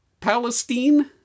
Palestine